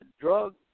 drug